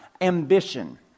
ambition